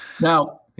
Now